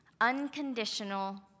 unconditional